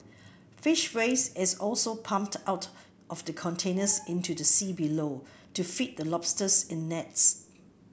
fish waste is also pumped out of the containers into the sea below to feed the lobsters in nets